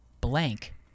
blank